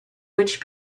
which